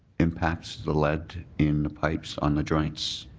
impacts the lead in the pipes on the joints,